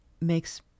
makes